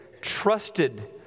trusted